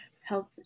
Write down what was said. health